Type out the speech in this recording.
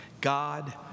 God